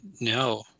No